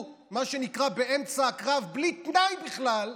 יישברו באמצע הקרב, מה שנקרא, בלי תנאי בכלל.